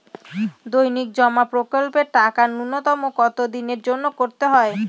দৈনিক জমা প্রকল্পের টাকা নূন্যতম কত দিনের জন্য করতে হয়?